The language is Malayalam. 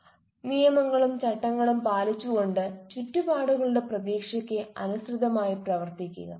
അതായത് നിയമങ്ങളും ചട്ടങ്ങളും പാലിച്ചുകൊണ്ട് ചുറ്റുപാടുകളുടെ പ്രതീക്ഷയ്ക്ക് അനുസൃതമായി പ്രവർത്തിക്കുക